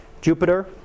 Jupiter